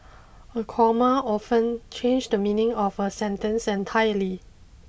a comma often change the meaning of a sentence entirely